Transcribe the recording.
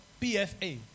PFA